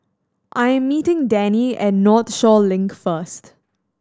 I'm meeting Dani at Northshore Link first